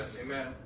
Amen